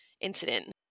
incident